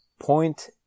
Point